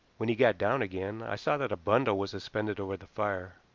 when he got down again i saw that a bundle was suspended over the fire,